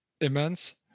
immense